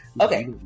Okay